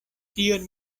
tion